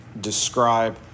describe